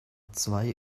zwei